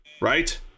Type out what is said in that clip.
right